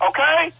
Okay